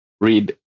read